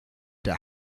der